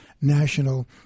national